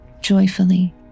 joyfully